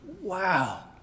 Wow